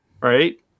right